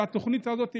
התוכנית הזאת המשיכה,